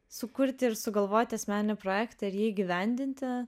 sukurti ir sugalvoti asmeninį projektą ir jį įgyvendinti